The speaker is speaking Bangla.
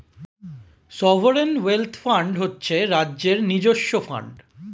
সভারেন ওয়েল্থ ফান্ড হচ্ছে রাজ্যের নিজস্ব ফান্ড